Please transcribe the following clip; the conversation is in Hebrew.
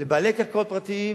לבעלי קרקעות פרטיים